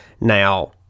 Now